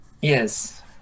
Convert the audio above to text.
yes